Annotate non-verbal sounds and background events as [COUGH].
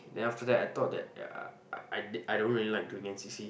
then after that I thought that [NOISE] I I don't really like doing n_c_c